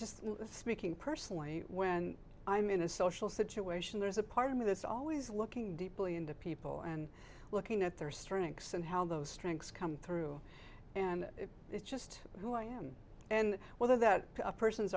just speaking personally when i'm in a social situation there's a part of me this always looking deeply into people and looking at their strengths and how those strengths come through and it's just who i am and whether that person